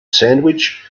sandwich